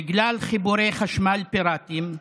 בגלל חיבורי חשמל פיראטיים,